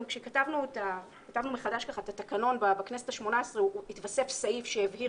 גם כשכתבנו מחדש את התקנון בכנסת ה-18 התווסף סעיף שהבהיר